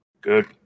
Good